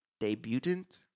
debutant